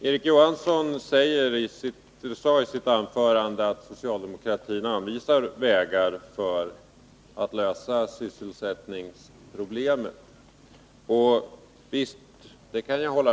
Herr talman! Erik Johansson sade i sitt anförande att socialdemokratin anvisar vägar för att lösa sysselsättningsproblemen.